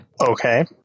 Okay